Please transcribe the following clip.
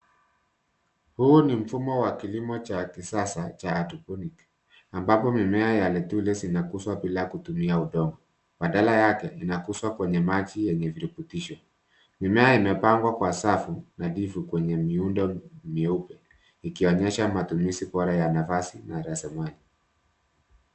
Huu ni mfumo wa kilimo cha kisasa cha haidroponiki ambapo mimea ya lettuce inakuzwa bila kutumia udongo, badala yake inakuzwa kwenye maji yenye virutubisho. Mimea imepangwa kwa safu nadhifu kwenye miundo mieupe ikionyesha matumizi bora ya nafasi na rasilimali.